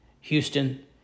Houston